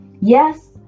yes